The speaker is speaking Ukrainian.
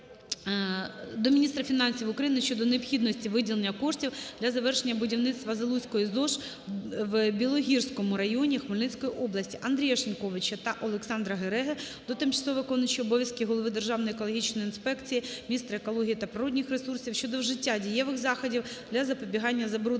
до міністра фінансів України щодо необхідності виділення коштів для завершення будівництва Залузької ЗОШ в Білогірському районі Хмельницької області. Андрія Шиньковича та Олександра Гереги до тимчасово виконуючого обов'язки голови Державної екологічної інспекції, міністра екології та природних ресурсів України щодо вжиття дієвих заходів для запобігання забруднення